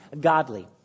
godly